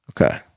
Okay